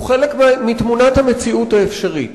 הוא חלק מתמונת המציאות האפשרית,